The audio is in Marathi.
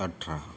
अठरा